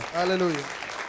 hallelujah